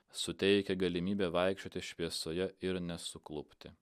suteikia galimybę vaikščioti šviesoje ir nesuklupti